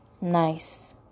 Nice